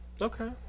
Okay